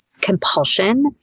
compulsion